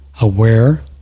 aware